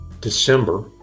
December